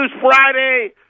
Friday